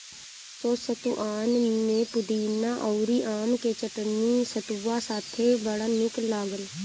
असो सतुआन में पुदीना अउरी आम के चटनी सतुआ साथे बड़ा निक लागल